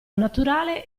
naturale